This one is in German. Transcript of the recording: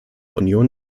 union